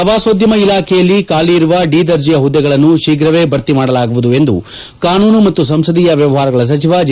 ಪ್ರವಾಸೋದ್ಯಮ ಇಲಾಖೆಯಲ್ಲಿ ಖಾಲಿ ಇರುವ ಡಿ ದರ್ಜೆಯ ಹುದ್ದೆಗಳನ್ನು ಶೀಫ್ರ ಭರ್ತಿ ಮಾಡಲಾಗುವುದು ಎಂದು ಕಾನೂನು ಮತ್ತು ಸಂಸದೀಯ ವ್ಯವಹಾರಗಳ ಸಚಿವ ಜೆ